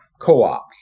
co-ops